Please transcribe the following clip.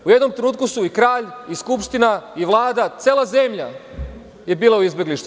U jednom trenutku su i kralj i Skupština i Vlada, cela zemlja je bila u izbeglištvu.